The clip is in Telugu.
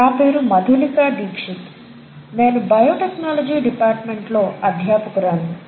నా పేరు మధులిక దీక్షిత్ నేను బయో టెక్నాలజీ డిపార్ట్మెంట్లో అధ్యాపకురాలిని